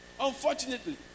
Unfortunately